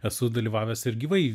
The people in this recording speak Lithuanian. esu dalyvavęs ir gyvai